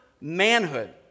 manhood